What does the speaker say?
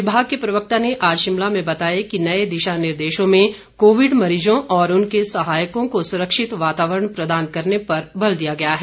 विभाग के प्रवक्ता ने आज शिमला में बताया कि नए दिशा निर्देशों में कोविड मरीजों और उनके सहायकों को सुरक्षित वातावरण प्रदान करने पर बल दिया गया है